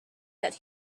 that